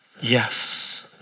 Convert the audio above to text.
yes